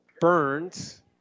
Burns